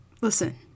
listen